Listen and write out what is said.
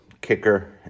kicker